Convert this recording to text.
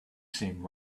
seemed